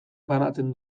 banatzen